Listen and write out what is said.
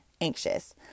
anxious